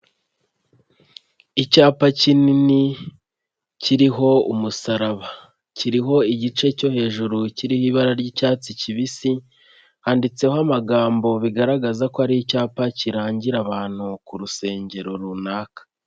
Icyapa kinini kiriho umusaraba, kiriho igice cyo hejuru kiriho ibara ry'icyatsi kibisi, handitseho amagambo bigaragaza ko ari icyapa kirangira abantu ku rusengero runaka.